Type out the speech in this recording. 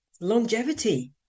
Longevity